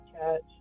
church